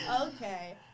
okay